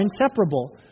inseparable